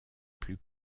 plus